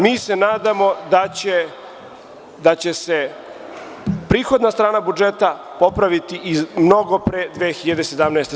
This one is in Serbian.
Mi se nadamo da će se prihodna strana budžeta popravi i mnogo pre 2017. godine.